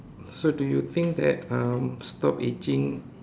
so do you think that um stop aging